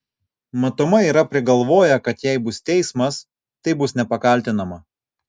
matomai yra prigalvoję kad jei bus teismas tai bus nepakaltinama